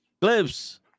Clips